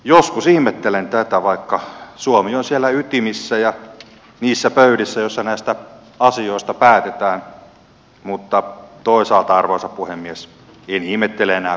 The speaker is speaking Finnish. joskus ihmettelen tätä vaikka suomi on siellä ytimissä ja niissä pöydissä joissa näistä asioista päätetään mutta toisaalta arvoisa puhemies en ihmettele enää kovin usein